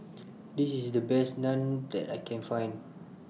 This IS The Best Naan that I Can Find